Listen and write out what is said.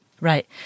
Right